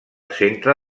centre